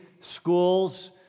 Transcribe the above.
schools